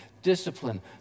Discipline